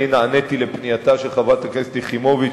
אני נעניתי לפנייתה של חברת הכנסת יחימוביץ